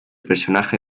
personaje